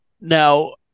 Now